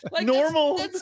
Normal